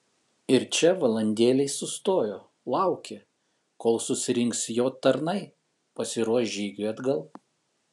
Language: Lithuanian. ir čia valandėlei sustojo laukė kol susirinks jo tarnai pasiruoš žygiui atgal